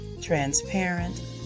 transparent